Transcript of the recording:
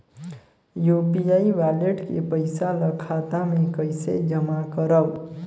UPI wallet के पईसा ल खाता मे कइसे जमा करव?